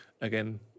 Again